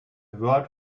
world